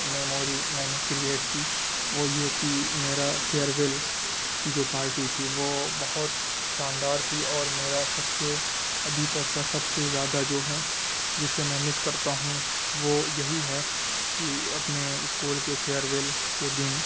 memory میں نے create کی وہ یہ کہ میرا فیئرویل کی جو پارٹی تھی وہ بہت شاندار تھی اور میرا سب سے ابھی تک کا سب سے زیادہ جو ہے جسے میں مس کرتا ہوں وہ یہی ہے کہ اپنے اسکول کے فیئرویل کے دن